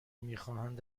میخواهند